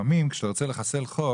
לפעמים כשאתה רוצה לחסל חוק,